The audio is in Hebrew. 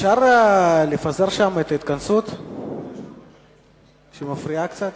אפשר לפזר שם את ההתכנסות שמפריעה קצת?